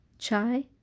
chai